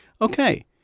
okay